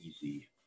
easy